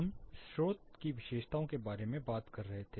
हम स्रोत की विशेषताओं के बारे में बात कर रहे थे